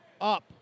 Up